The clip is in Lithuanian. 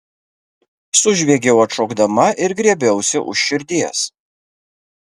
sužviegiau atšokdama ir griebiausi už širdies